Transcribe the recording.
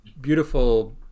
beautiful